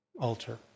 altar